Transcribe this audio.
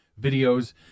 videos